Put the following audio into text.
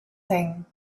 thing